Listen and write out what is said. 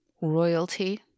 royalty